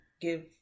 give